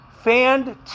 fanned